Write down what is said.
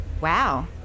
Wow